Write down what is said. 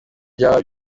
bya